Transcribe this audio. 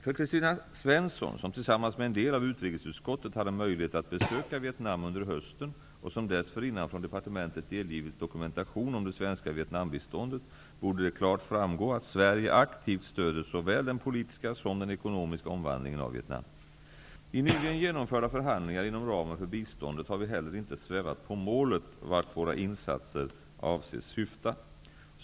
För Kristina Svensson, som tillsammans med en del av utrikesutskottet hade möjlighet att besöka Vietnam under hösten och som dessförinnan från departementet delgivits dokumentation om det svenska Vietnambiståndet, borde det klart framgå att Sverige aktivt stöder såväl den politiska som den ekonomiska omvandlingen av Vietnam. I nyligen genomförda förhandlingar inom ramen för biståndet har vi heller inte svävat på målet vart våra insatser avses syfta.